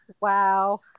Wow